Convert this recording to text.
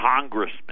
congressman